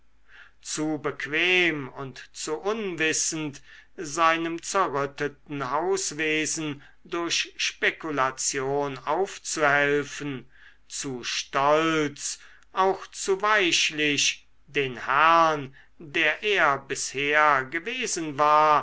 zu bequem und zu unwissend seinem zerrütteten hauswesen durch spekulation aufzuhelfen zu stolz auch zu weichlich den herrn der er bisher gewesen war